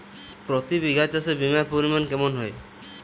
প্রতি বিঘা চাষে বিমার পরিমান কেমন হয়?